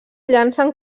llancen